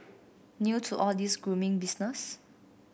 new to all this grooming business